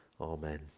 Amen